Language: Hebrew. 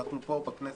אנחנו פה בכנסת